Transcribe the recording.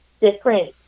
different